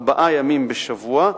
ארבעה ימים בשבוע,